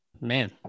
man